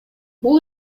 бул